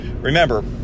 Remember